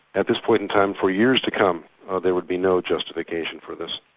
at this point in time, for years to come there would be no justification for this.